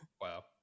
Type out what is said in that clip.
Wow